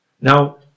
Now